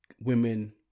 women